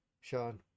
Sean